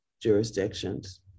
jurisdictions